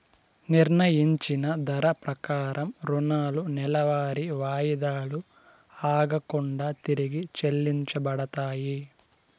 నిర్ణయించిన ధర ప్రకారం రుణాలు నెలవారీ వాయిదాలు ఆగకుండా తిరిగి చెల్లించబడతాయి